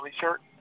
shirt